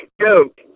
joke